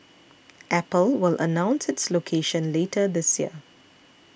apple will announce its location later this year